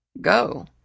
Go